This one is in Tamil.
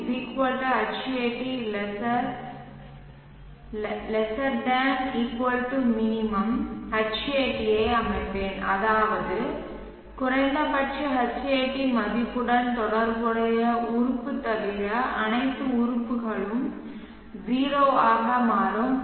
Q Hat less ≤ min Hat ஐ அமைப்பேன் அதாவது குறைந்தபட்ச Hat மதிப்புடன் தொடர்புடைய உறுப்பு தவிர அனைத்து உறுப்புகளும் 0 ஆக மாறும்